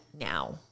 now